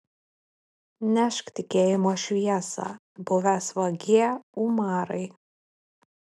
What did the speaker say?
nešk tikėjimo šviesą buvęs vagie umarai